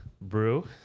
Brew